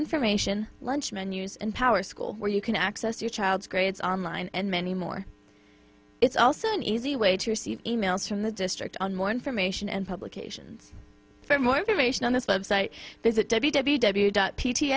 information lunch menus and power school where you can access your child's grades online and many more it's also an easy way to receive emails from the district on more information and publications for more information on this website vis